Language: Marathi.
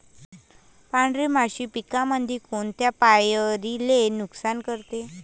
पांढरी माशी पिकामंदी कोनत्या पायरीले नुकसान करते?